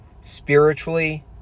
spiritually